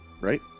right